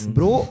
Bro